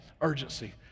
urgency